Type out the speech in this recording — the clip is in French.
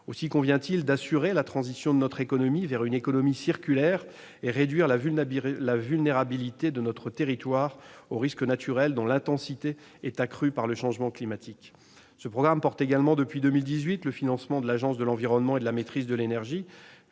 Aussi convient-il d'assurer la transition de notre économie vers une économie circulaire et de réduire la vulnérabilité de notre territoire aux risques naturels, l'intensité des catastrophes étant accrue par le changement climatique. Le programme 181 porte également, depuis 2018, le financement de l'Agence de l'environnement et de la maîtrise de l'énergie,